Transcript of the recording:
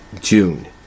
June